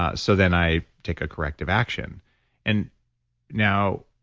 ah so then i take a corrective action and now,